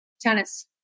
Tennis